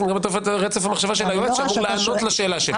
שגם את רצף המחשבה של היועץ המשפטי שאמור לענות לשאלה שלי.